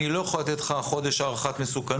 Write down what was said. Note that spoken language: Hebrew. אני לא יכול לתת לך החודש הערכת מסוכנות,